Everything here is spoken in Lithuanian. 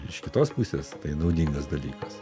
iš kitos pusės tai naudingas dalykas